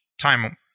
time